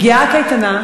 מגיעה הקייטנה,